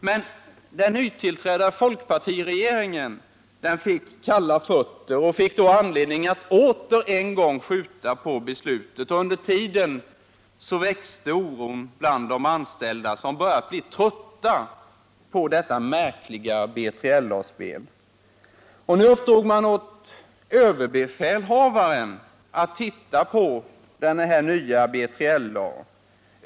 Men den nytillträdda folkpartiregeringen fick kalla fötter och fick då anledning att återigen skjuta på beslutet. Under tiden växte oron bland de anställda, som börjat bli trötta på detta märkliga B3LA-spel. Nu uppdrog man åt överbefälhavaren att se på nya B3LA.